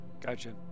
gotcha